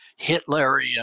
Hitlerian